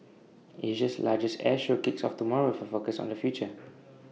Asia's largest air show kicks off tomorrow with A focus on the future